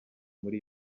muri